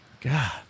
God